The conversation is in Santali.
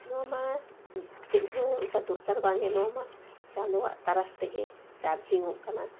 ᱱᱚᱣᱟ ᱢᱟ ᱪᱮᱫ ᱦᱚᱸ ᱚᱱᱠᱟ ᱫᱚᱨᱠᱟᱨ ᱵᱟᱝᱜᱮ ᱱᱚᱣᱟᱢᱟ ᱪᱟᱸᱫᱚᱣᱟᱜ ᱛᱟᱨᱟᱥ ᱛᱮᱜᱮ ᱪᱟᱨᱡᱤᱝᱚᱜ ᱠᱟᱱᱟ